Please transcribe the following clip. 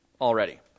already